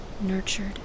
nurtured